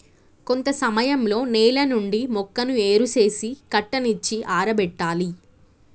కొంత సమయంలో నేల నుండి మొక్కను ఏరు సేసి కట్టనిచ్చి ఆరబెట్టాలి